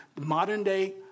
modern-day